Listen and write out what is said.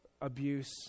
abuse